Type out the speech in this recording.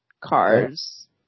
cars